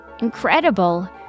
incredible